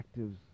actives